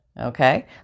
Okay